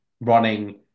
running